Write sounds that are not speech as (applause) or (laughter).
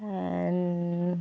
(unintelligible)